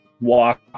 walk